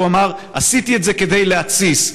הוא אמר: עשיתי את זה כדי להתסיס.